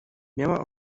miała